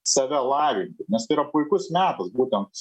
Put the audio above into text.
save lavint nes tai yra puikus metas būtent